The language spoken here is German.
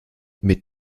mit